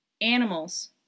animals